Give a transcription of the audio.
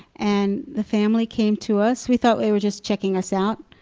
and the family came to us, we thought they were just checking us out.